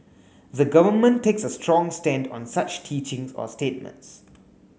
the Government takes a strong stand on such teachings or statements